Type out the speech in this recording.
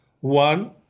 one